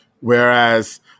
Whereas